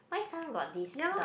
why some got this dot